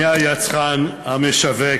מהיצרן המשווק,